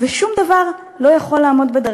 ושום דבר לא יכול לעמוד בדרכה.